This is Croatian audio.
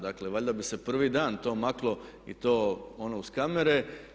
Dakle, valjda bi se prvi dan to maklo i to ono uz kamere.